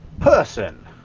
person